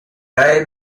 are